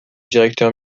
directeur